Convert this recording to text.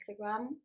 Instagram